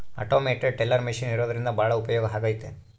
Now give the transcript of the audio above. automated teller machine ಇರೋದ್ರಿಂದ ಭಾಳ ಉಪಯೋಗ ಆಗೈತೆ